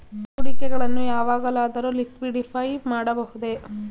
ಹೂಡಿಕೆಗಳನ್ನು ಯಾವಾಗಲಾದರೂ ಲಿಕ್ವಿಡಿಫೈ ಮಾಡಬಹುದೇ?